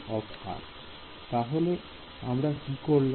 তাহলে আমরা কি করলাম